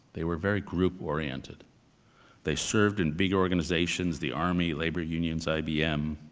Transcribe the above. they were very group-oriented. they served in big organizations, the army, labor unions, ibm,